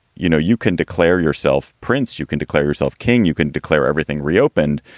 you know, you can declare yourself prince, you can declare yourself king you can declare everything reopened.